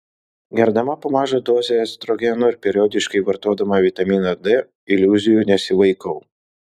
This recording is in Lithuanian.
gerdama po mažą dozę estrogeno ir periodiškai vartodama vitaminą d iliuzijų nesivaikau